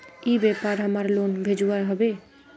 ई व्यापार हमार लोन भेजुआ हभे?